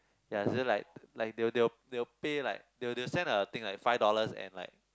ya so like like they will they will they will pay like they will they will send a thing like five dollars and like